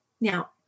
Now